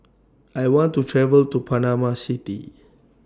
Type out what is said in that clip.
I want to travel to Panama City